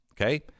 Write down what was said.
Okay